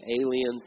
aliens